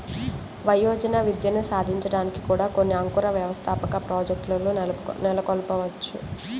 వయోజన విద్యని సాధించడానికి కూడా కొన్ని అంకుర వ్యవస్థాపక ప్రాజెక్ట్లు నెలకొల్పవచ్చు